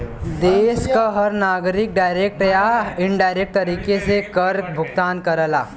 देश क हर नागरिक डायरेक्ट या इनडायरेक्ट तरीके से कर काभुगतान करला